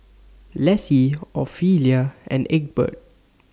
Laci Ophelia and Egbert